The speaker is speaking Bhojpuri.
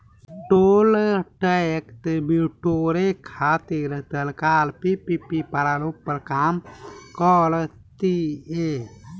टोल टैक्स बिटोरे खातिर सरकार पीपीपी प्रारूप पर काम कर तीय